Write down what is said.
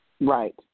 Right